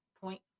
point